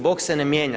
Bog se ne mijenja.